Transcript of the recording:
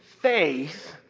faith